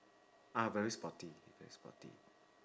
ah very sporty very sporty